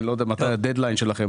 אבל אני לא יודע מתי הדד ליין שלכם,